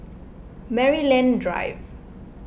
Maryland Drive